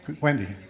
Wendy